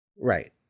Right